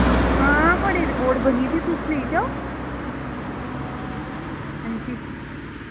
आं थुआढ़ी रपोट बनी दी तुस लेई जाओ अंजी